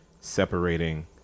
separating